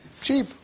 Cheap